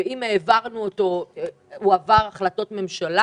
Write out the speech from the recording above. ואם הוא עבר החלטות ממשלה